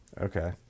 okay